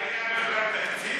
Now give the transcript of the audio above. היה בכלל תקציב?